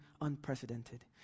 unprecedented